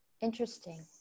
Interesting